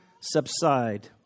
subside